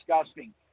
disgusting